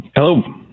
Hello